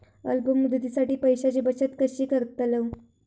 अल्प मुदतीसाठी पैशांची बचत कशी करतलव?